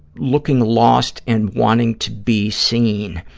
looking lost and wanting to be seen.